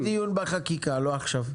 זה יהיה הדיון בחקיקה, לא עכשיו.